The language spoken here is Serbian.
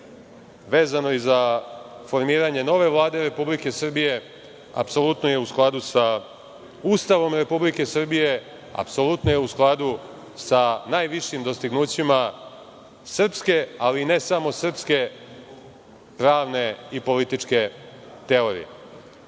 vezano za formiranje nove Vlade Republike Srbije apsolutno je u skladu sa Ustavom Republike Srbije, apsolutno je u skladu sa najvišim dostignućima srpske, ali ne samo srpske, pravne i političke teorije. Što